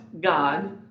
God